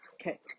Okay